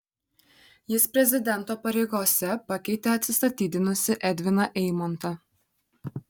jis prezidento pareigose pakeitė atsistatydinusį edviną eimontą